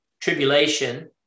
tribulation